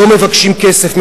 לא מבקשים כסף,